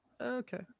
okay